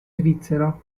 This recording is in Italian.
svizzera